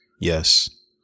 yes